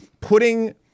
putting